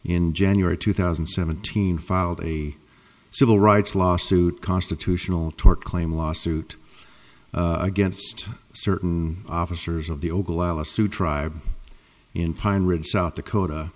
in january two thousand and seventeen filed a civil rights lawsuit constitutional tort claim lawsuit against certain officers of the oglala sioux tribe in pine ridge south dakota